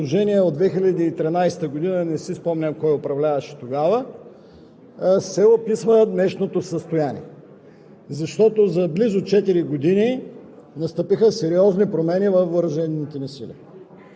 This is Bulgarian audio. Това е нормално, но не приемаме мотивите, които бяха изказани. Не приемаме, че със статистики и положения от 2013 г. – не си спомням кой управляваше тогава,